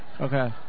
Okay